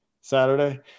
Saturday